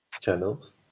channels